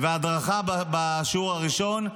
-- והדרכה בשיעור הראשון.